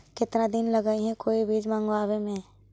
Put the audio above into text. केतना दिन लगहइ कोई चीज मँगवावे में?